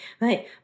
Right